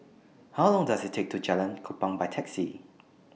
How Long Does IT Take to get to Jalan Kupang By Taxi